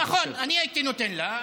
נכון, אני הייתי נותן לה.